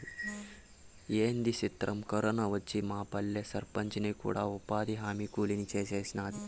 ఏంది సిత్రం, కరోనా వచ్చి మాపల్లె సర్పంచిని కూడా ఉపాధిహామీ కూలీని సేసినాది